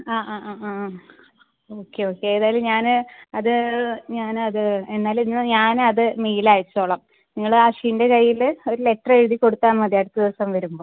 ആ ആ ആ ആ ആ ഓക്കെ ഓക്കെ ഏതായാലും ഞാൻ അത് ഞാനത് എന്നാലിന്ന് ഞാനത് മെയിലയച്ചോളാം നിങ്ങൾ അശ്വിൻ്റെ കയ്യിൽ അത് ലെറ്ററെഴുതി കൊടുത്താൽ മതി അടുത്ത ദിവസം വരുമ്പോൾ